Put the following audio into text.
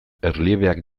erliebeak